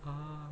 oh